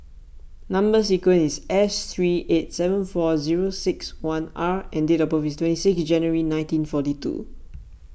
Number Sequence is S three eight seven four zero six one R and date of birth is twenty six January nineteen forty two